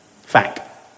Fact